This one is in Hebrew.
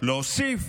להוסיף